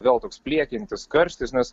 vėl toks pliekiantis karštis nes